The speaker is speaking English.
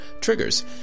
triggers